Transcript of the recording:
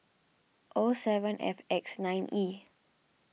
O seven F X nine E